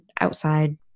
outside